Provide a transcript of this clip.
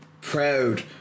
proud